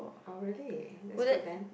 oh really that's good then